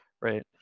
Right